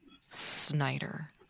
Snyder